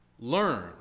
Learn